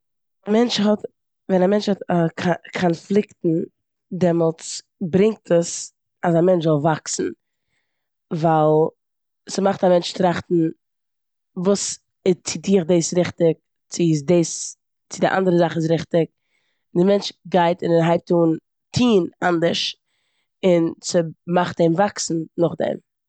מענטש האט- ווען א מענטש האט קאנפליקטן דעמאלטס ברענגט עס אז א מענטש זאל וואקסן. ווייל ס'מאכט א מענטש טראכטן וואס- צו טו איך דאס ריכטיג, צו דאס- צו די אנדערע זאך איז ריכטיג. די מענטש גייט און ער הייבט אן טון אנדערש און ס'מאכט אים וואקסן נאכדעם.